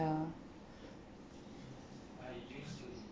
ya